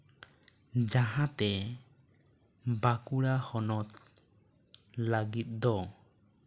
ᱡᱟᱦᱟᱸᱛᱮ ᱵᱟᱸᱠᱩᱲᱟ ᱦᱚᱱᱚᱛ ᱞᱟᱹᱜᱤᱫ ᱫᱚ